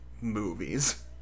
movies